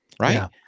right